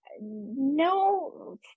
no